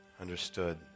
understood